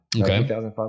Okay